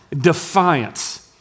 defiance